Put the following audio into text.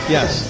Yes